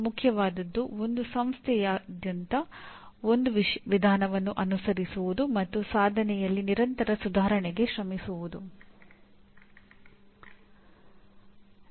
ನಿಮ್ಮ ದೃಷ್ಟಿಯಲ್ಲಿ ಮಾನ್ಯತೆಯ ಅನುಕೂಲಗಳು ಮತ್ತು ಅನಾನುಕೂಲಗಳು ಏನು